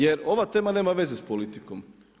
Jer ova tema nema veze s politikom.